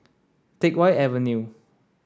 Teck Whye Avenue